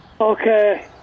Okay